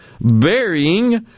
burying